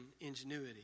ingenuity